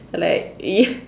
like ya